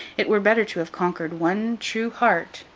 it were better to have conquered one true heart,